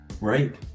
Right